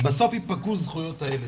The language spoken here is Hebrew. בסוף יפגעו זכויות הילד.